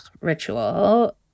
ritual